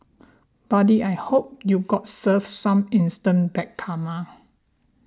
buddy I hope you got served some instant bad karma